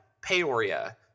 Peoria